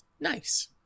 Nice